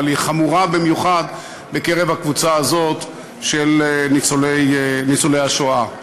אבל היא חמורה במיוחד בקרב הקבוצה הזאת של ניצולי השואה.